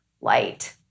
light